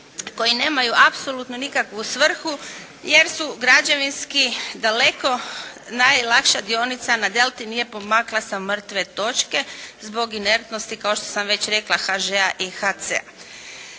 koji nemaju apsolutno nikakvu svrhu jer se građevinski daleko najlakša dionica na delti nije pomakla sa mrtve točke zbog intertnosti kao što sam već rekla HŽ-a i HC-a.